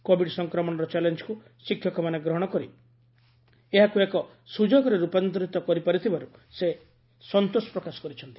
covid ସଂକ୍ରମଣର ଚାଲେଞ୍ଜକୁ ଶିକ୍ଷକମାନେ ଗ୍ରହଣ କରି ଏହାକୁ ଏକ ସୁଯୋଗରେ ରୂପାନ୍ତରିତ କରିପାରିଥିବାରୁ ସେ ସନ୍ତୋଷ ପ୍ରକାଶ କରିଛନ୍ତି